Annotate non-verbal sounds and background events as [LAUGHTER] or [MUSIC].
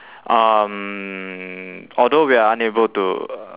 [BREATH] um although we are unable to uh